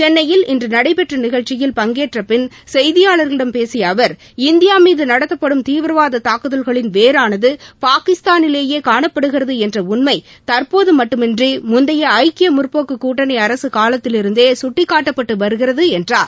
சென்னையில் இன்று நடைபெற்ற நிகழ்ச்சியில் பங்கேற்றபின் செய்தியாளர்களிடம் பேசிய அவர் இந்தியா மீது நடத்தப்படும் தீவிரவாத தாக்குதல்களின் வேரானது பாகிஸ்தாளிலேயே காணப்படுகிறது என்ற உண்மை தற்போது மட்டுமின்றி முந்தைய ஐக்கிய முற்போக்கு கூட்டணி அரசு காலத்திலிருந்தே சுட்டிக்காட்டப்பட்டு வருகிறது என்றார்